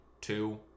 two